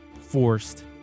forced